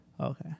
Okay